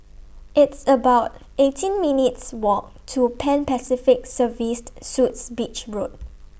It's about eighteen minutes' Walk to Pan Pacific Serviced Suites Beach Road